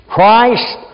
Christ